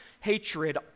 hatred